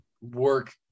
work